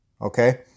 Okay